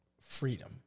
Freedom